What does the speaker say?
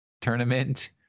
tournament